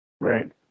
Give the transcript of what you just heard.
Right